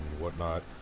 whatnot